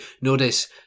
notice